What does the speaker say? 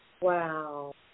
Wow